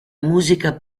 musica